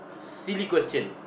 silly question